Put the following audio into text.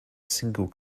single